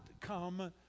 come